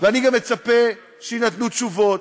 ואני גם מצפה שיינתנו תשובות.